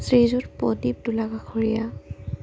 শ্ৰীযুত প্ৰদীপ দোলা কাষৰীয়া